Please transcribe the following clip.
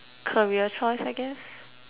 career choice I guess